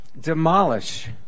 demolish